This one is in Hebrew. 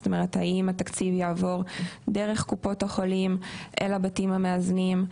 זאת אומרת האם התקציב יעבור דרך קופות החולים אל הבתים המאזנים?